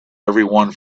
everyone